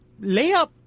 Layup